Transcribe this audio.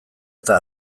eta